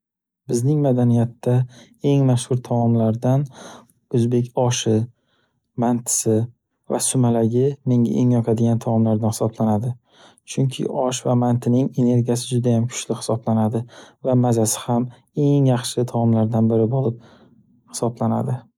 Bizning madaniyatda eng mashhur taomlardan oʻzbek oshi, mantisi va sumalagi menga eng yoqadigan taomlardan hisoblanadi, chunki osh va mantining energiyasi juda ham kuchli hisoblanadi va mazasi ham eng yaxshi taomlardan biri bo'lib hisoblanadi.